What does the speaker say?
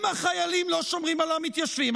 אם החיילים לא שומרים על המתיישבים,